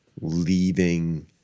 leaving